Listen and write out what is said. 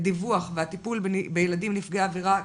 הדיווח והטיפול בילדים נפגעי עבירה,